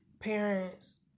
parents